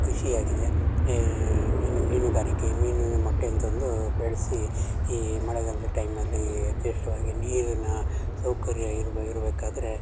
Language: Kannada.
ಕೃಷಿಯಾಗಿದೆ ಮೀನು ಮೀನುಗಾರಿಕೆ ಮೀನಿನ ಮೊಟ್ಟೆಯನ್ನು ತಂದು ಬೆಳೆಸಿ ಈ ಮಳೆಗಾಲದ ಟೈಮಲ್ಲಿ ಯಥೇಚ್ಛವಾಗಿ ನೀರಿನ ಸೌಕರ್ಯ ಇರ್ ಇರಬೇಕಾದ್ರೆ